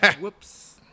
Whoops